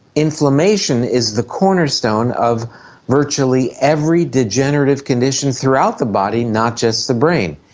inflammation is the cornerstone of virtually every degenerative condition throughout the body, not just the brain.